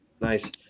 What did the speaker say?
Nice